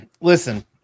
listen